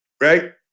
Right